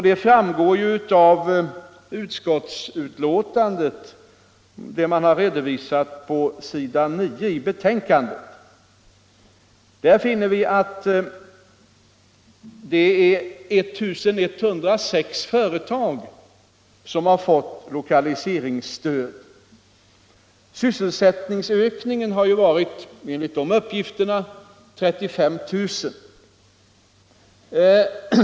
Det framgår på s. 9 i utskottets betänkande att 1 106 företag har fått lokaliseringsstöd. Sysselsättningsökningen har enligt dessa uppgifter varit 35 000.